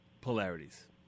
polarities